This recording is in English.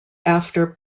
after